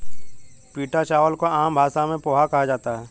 पीटा चावल को आम भाषा में पोहा कहा जाता है